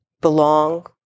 belong